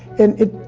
and it,